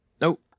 Nope